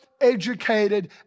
educated